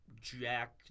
Jack